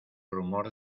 rumor